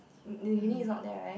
the uni is not there right